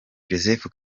joseph